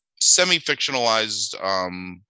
semi-fictionalized